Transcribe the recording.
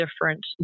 different